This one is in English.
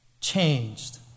changed